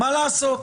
מה לעשות?